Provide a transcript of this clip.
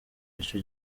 ico